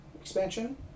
expansion